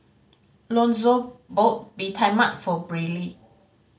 Lonzo bought Bee Tai Mak for Brylee